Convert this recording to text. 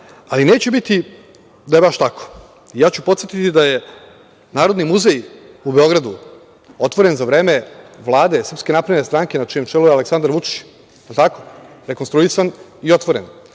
a i neće biti da je baš tako, ja ću podsetiti da je Narodni muzej u Beogradu otvoren za vreme Vlade Srpske napredne stranke, na čijem čelu je Aleksandar Vučić. Jel tako? Rekonstruisan i otvoren,